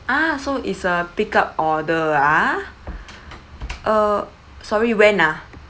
ah so it's a pick up order ah uh sorry when ah